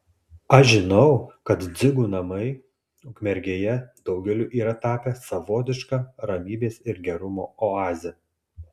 aš žinau kad dzigų namai ukmergėje daugeliui yra tapę savotiška ramybės ir gerumo oaze